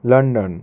London